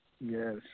yes